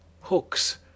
hooks